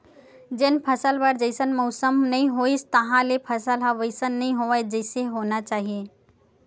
जेन फसल बर जइसन मउसम नइ होइस तहाँले फसल ह वइसन नइ होवय जइसे होना चाही